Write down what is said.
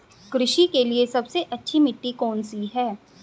कृषि के लिए सबसे अच्छी मिट्टी कौन सी है?